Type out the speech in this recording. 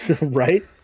right